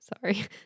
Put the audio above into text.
Sorry